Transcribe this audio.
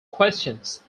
questions